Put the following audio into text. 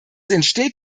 entsteht